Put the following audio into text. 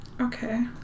Okay